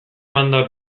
emanda